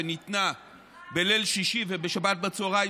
שניתנה בליל שישי ובשבת בצוהריים,